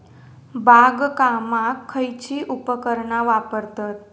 बागकामाक खयची उपकरणा वापरतत?